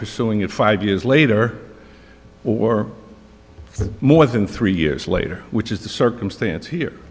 pursuing it five years later or more than three years later which is the circumstance here